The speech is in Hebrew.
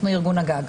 אנו ארגון הגג.